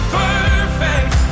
perfect